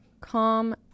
Calm